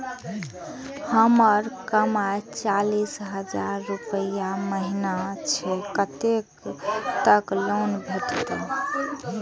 हमर कमाय चालीस हजार रूपया महिना छै कतैक तक लोन भेटते?